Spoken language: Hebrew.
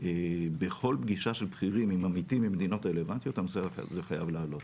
בכל פגישה של בכירים עם עמיתים ממדינות רלוונטיות הנושא הזה חייב לעלות,